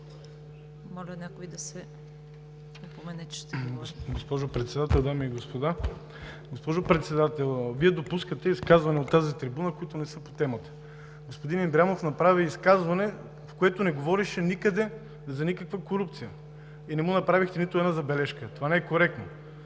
с разискванията. ЮЛИАН АНГЕЛОВ (ОП): Госпожо Председател, дами и господа! Госпожо Председател, Вие допускате изказвания от тази трибуна, които не са по темата. Господин Ибрямов направи изказване, в което не говореше никъде за никаква корупция и не му направихте нито една забележка. Това не е коректно.